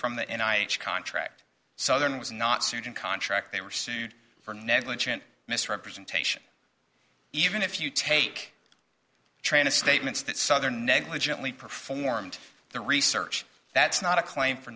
from that and i contract southern was not sued in contract they were sued for negligent misrepresentation even if you take trana statements that southern negligently performed the research that's not a claim for